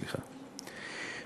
סליחה,